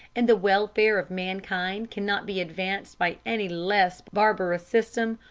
and the welfare of mankind cannot be advanced by any less barbarous system,